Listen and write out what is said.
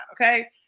okay